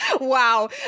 wow